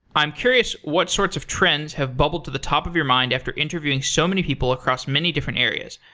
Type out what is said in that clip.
i'm curious what sorts of trends have bubbled to the top of your mind after interviewing so many people across many different areas?